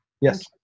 yes